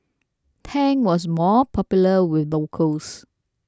Tang was more popular with locals